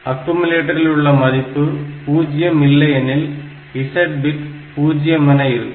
அக்குமுலேட்டரில் உள்ள மதிப்பு பூஜ்ஜியம் இல்லையெனில் z பிட் பூஜ்ஜியம் என இருக்கும்